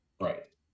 Right